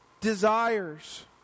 desires